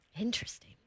interesting